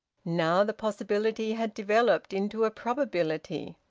now the possibility had developed into a probability.